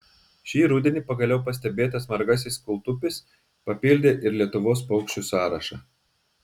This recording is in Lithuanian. šį rudenį pagaliau pastebėtas margasis kūltupis papildė ir lietuvos paukščių sąrašą